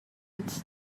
its